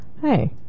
Hey